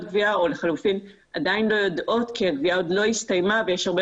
גבייה או לחלופין עדיין לא יודעות כי הגבייה עוד לא הסתיימה ויש הרבה